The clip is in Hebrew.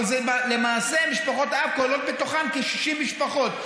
אבל למעשה משפחות-אב כוללות בתוכן כ-60 משפחות.